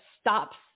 stops